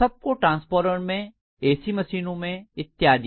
सबको ट्रांसफार्मर में A C मशीनों में इत्यादि में